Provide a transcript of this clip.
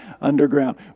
underground